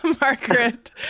Margaret